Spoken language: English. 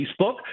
facebook